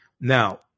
Now